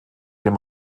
dem